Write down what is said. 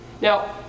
Now